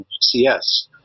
CS